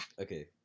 Okay